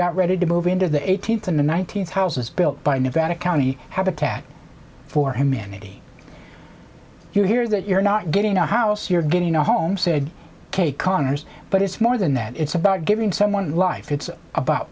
got ready to move into the eighteenth and the nineteenth house was built by me vatican the habitat for humanity you hear that you're not getting a house you're getting a home said kay connors but it's more than that it's about giving someone life it's about